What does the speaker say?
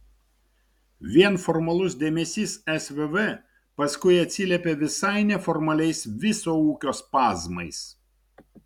vien formalus dėmesys svv paskui atsiliepia visai neformaliais viso ūkio spazmais